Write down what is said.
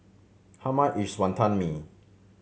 how much is Wantan Mee